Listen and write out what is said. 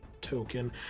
token